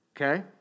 okay